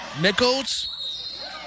Nichols